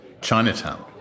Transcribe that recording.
Chinatown